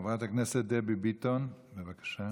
חברת הכנסת דבי ביטון, בבקשה.